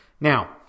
Now